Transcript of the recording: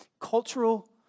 cultural